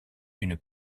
une